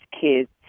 kids